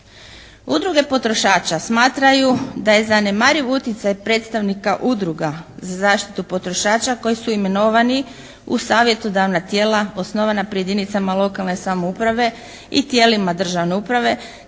Udruge potrošača smatraju da je zanemariv utjecaj predstavnika Udruga za zaštitu potrošača koji su imenovani u savjetodavna tijela osnovana pri jedinicama lokalne samouprave i tijelima državne uprave